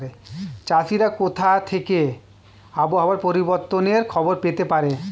চাষিরা কোথা থেকে আবহাওয়া পরিবর্তনের খবর পেতে পারে?